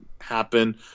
happen